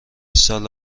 سال